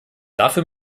dafür